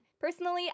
Personally